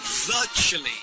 Virtually